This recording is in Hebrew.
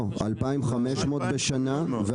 לא, 2,500 בשנה.